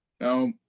Now